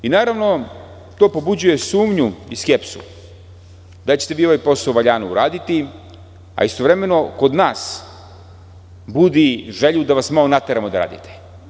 Naravno, to pobuđuje sumnju i skepsu da ćete vi ovaj posao valjano uraditi, a istovremeno kod nas budi želju da vas malo nateramo da radite.